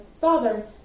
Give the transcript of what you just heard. Father